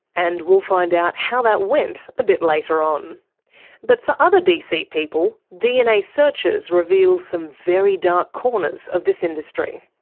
and we'll find out how that went a bit later on. but for other dc people, dna searches reveal some very dark corners of this industry.